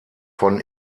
von